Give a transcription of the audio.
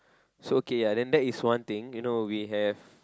so okay ya then that is one thing you know we have